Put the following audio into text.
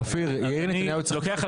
אני לוקח על עצמי באופן אישי לבדוק.